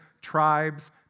tribes